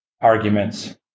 arguments